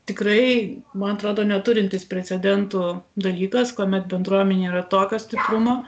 tikrai man atrodo neturintis precedentų dalykas kuomet bendruomenė yra tokio stiprumo